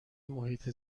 محیط